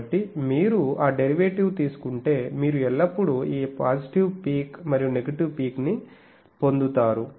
కాబట్టి మీరు ఆ డెరివేటివ్ తీసుకుంటే మీరు ఎల్లప్పుడూ ఈ పాజిటివ్ పీక్ మరియు నెగిటివ్ పీక్ ని పొందుతారు